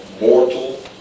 mortal